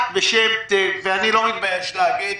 ואני לא מתבייש להגיד,